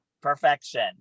Perfection